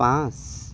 পাঁচ